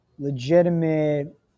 legitimate